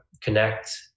connect